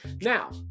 Now